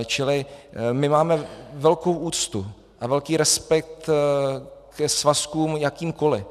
Čili my máme velkou úctu a velký respekt ke svazkům jakýmkoli.